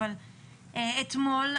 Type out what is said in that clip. אבל אתמול,